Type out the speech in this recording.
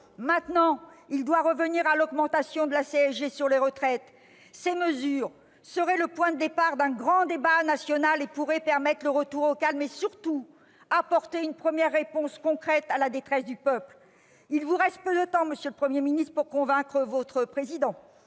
Maintenant, il doit revenir sur l'augmentation de la CSG sur les retraites. Ces mesures seraient le point de départ d'un grand débat national. Elles pourraient permettre le retour au calme et, surtout, apporter une première réponse concrète à la détresse du peuple. Il vous reste peu de temps, monsieur le Premier ministre, pour convaincre votre Président.